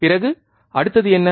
பிறகு அடுத்தது என்ன